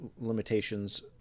limitations